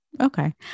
Okay